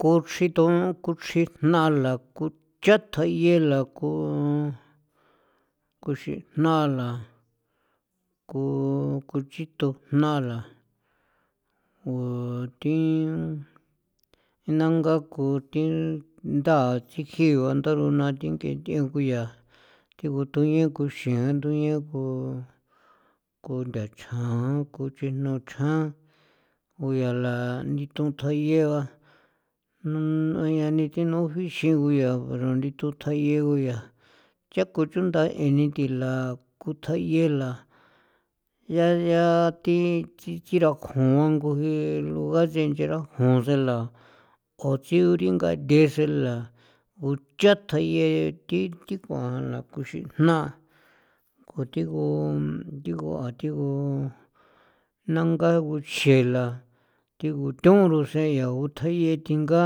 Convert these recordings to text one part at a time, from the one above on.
Ku chri ton ku chrji jna la ku chja tjayee' la ku kuxijnala ku kuchitujnala ku thi nangaa kon thi nda tsiji ba nda rona thi thiango yaa thigu tu yee kuchian tuyee ku kunthachjaan kuchijnachjaan kuyala ndithon thjayee ba nai na yaa thino juixin ngu yaa rani tu thjayee ngu ya cha ku chundaeni thila kuthjayeela yaa yaa thi chichirakjon ngu jiloa sincherajun senla juchiringathe xela nguchja tjayee thi thi ku kuxijna ku thi ngu thi ngu thi ngu nangaa guche la thingu toon' rusen yaa nguthjayee thinga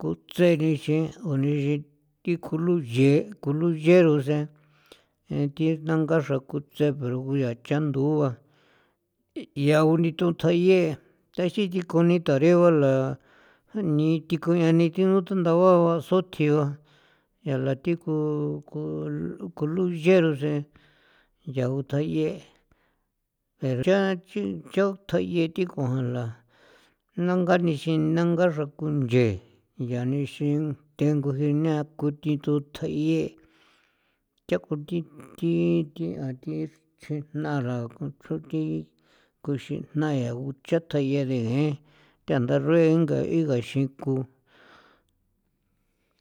kutsenixin kunixin thi kjuluye' kjluye' rusen thi ndangaa xrankon tse pero nguyaa cha ndua yau ni tutjayee taxin thikuni tarebala janii thi koean ni thi thundaba ba sothjiga yala thi ku ku kuluyee rusen nyagu thjayee' cha chi chaon thjayee thi kuangala nanganixin nangaxra kun nchee ya nixin thengujina ku thi tho thjeye' cha' ku thi thi thi a thi tsje jna xrakon thi kuxijna yaa ngucha thjayee re ngee thanda rue ngain gaxin ku.